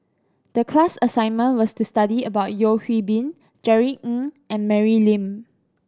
the class assignment was to study about Yeo Hwee Bin Jerry Ng and Mary Lim